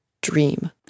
dream